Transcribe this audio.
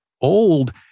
old